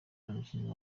umukinnyi